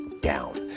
down